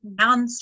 nonstop